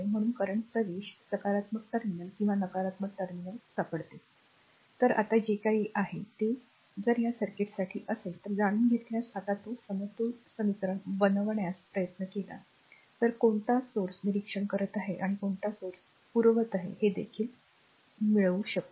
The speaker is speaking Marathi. म्हणून current प्रवेश सकारात्मक टर्मिनल किंवा नकारात्मक टर्मिनल सापडतील तर आता जे काही आहे ते जर या सर्किटसाठी असेल तर जाणून घेतल्यास आता तो समतोल समीकरण बनवण्याचा प्रयत्न केला तर कोणता स्त्रोत निरीक्षण करत आहे आणि कोणता स्त्रोत पुरवत आहे हे देखील शिल्लक मिळवू शकते